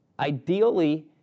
Ideally